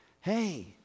hey